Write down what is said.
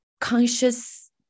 conscious